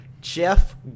Jeff